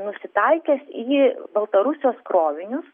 nusitaikęs į baltarusijos krovinius